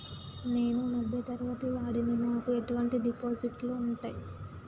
నేను మధ్య తరగతి వాడిని నాకు ఎటువంటి డిపాజిట్లు ఉంటయ్?